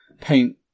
paint